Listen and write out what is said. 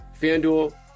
FanDuel